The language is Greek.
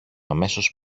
αμέσως